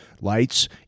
lights